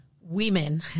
women